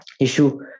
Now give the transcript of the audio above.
issue